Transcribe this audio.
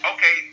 Okay